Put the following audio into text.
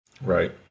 Right